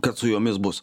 kad su jomis bus